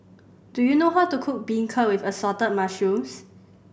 do you know how to cook beancurd with Assorted Mushrooms